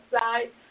side